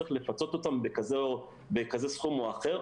צריך לפצות אותם בכזה סכום או אחר,